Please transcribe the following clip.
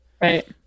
Right